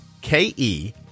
K-E